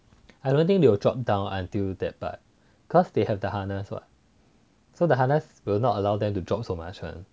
I don't think they will drop down until that but because they have the harness what so the harness will not allow them to drop so much lah